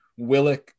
Willick